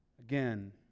again